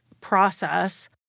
process